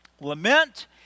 Lament